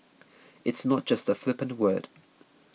it's not just a flippant word